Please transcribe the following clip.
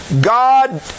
God